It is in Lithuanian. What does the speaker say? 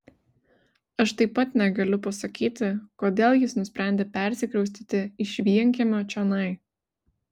aš taip pat negaliu pasakyti kodėl jis nusprendė persikraustyti iš vienkiemio čionai